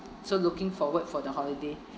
so looking forward for the holiday